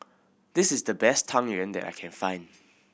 this is the best Tang Yuen that I can find